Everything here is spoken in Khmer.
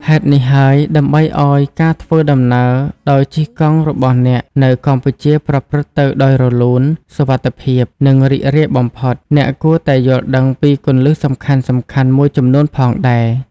ហេតុនេះហើយ ដើម្បីឱ្យការធ្វើដំណើរដោយជិះកង់របស់អ្នកនៅកម្ពុជាប្រព្រឹត្តទៅដោយរលូន សុវត្ថិភាព និងរីករាយបំផុត អ្នកគួរតែយល់ដឹងពីគន្លឹះសំខាន់ៗមួយចំនួនផងដែរ។